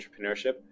entrepreneurship